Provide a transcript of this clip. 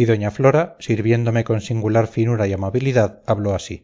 y doña flora sirviéndome con singular finura y amabilidad habló así